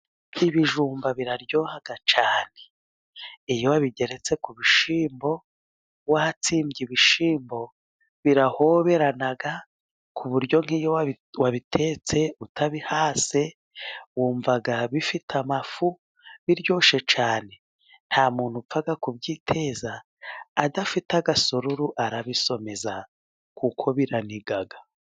Ibijumba biraryoha cyane, iyo wabigeretse ku bishyimbo, watsimbye ibishyimbo, birahoberana ku buryo iyo wabitetse utabihase wumva bifite amafufu, biryoshye cyane, nta muntu upfa kubyiteza adafite agasururu abisomeza, kuko biranigana.